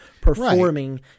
performing